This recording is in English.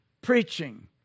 preaching